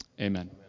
Amen